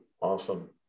Awesome